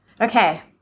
Okay